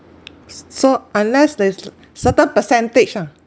s~ so unless there is certain percentage ah